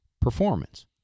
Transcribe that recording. performance